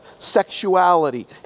sexuality